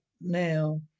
now